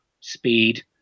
speed